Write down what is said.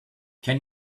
can